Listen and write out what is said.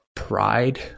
Pride